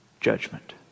judgment